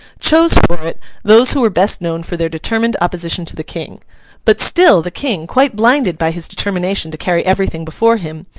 chose for it those who were best known for their determined opposition to the king but still the king, quite blinded by his determination to carry everything before him,